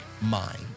Mind